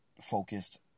focused